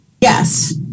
Yes